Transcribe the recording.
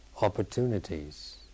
opportunities